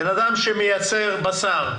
בן אדם שמייצר בשר,